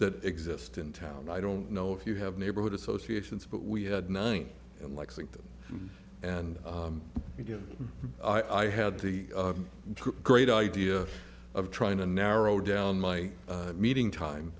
that exist in town i don't know if you have neighborhood associations but we had nine in lexington and again i had the great idea of trying to narrow down my meeting time